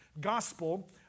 gospel